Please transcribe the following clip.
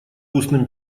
устным